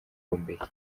mbeki